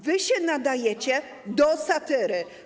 Wy się nadajecie do satyry.